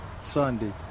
Sunday